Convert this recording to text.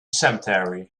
cemetery